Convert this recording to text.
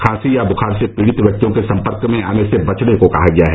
खांसी या बुखार से पीड़ित व्यक्तियों के सम्पर्क में आने से बचने को कहा गया है